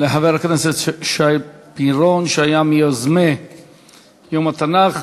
לחבר הכנסת שי פירון, שהיה מיוזמי יום התנ"ך.